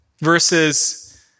Versus